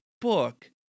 book